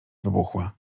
wybuchła